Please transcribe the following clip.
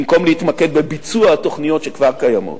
במקום להתמקד בביצוע התוכניות שכבר קיימות.